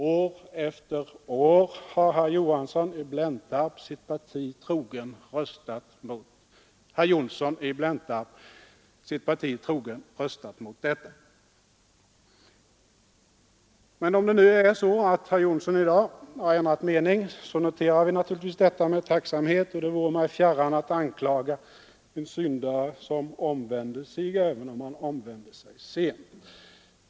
År efter år har herr Johnsson sitt parti trogen röstat mot detta. Men om det nu är så att herr Johnsson i dag har ändrat mening så noterar vi naturligtvis detta med tacksamhet. Det vore mig fjärran att anklaga en syndare som omvänder sig även om han omvänder sig sent.